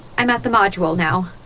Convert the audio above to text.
i'm at the module now.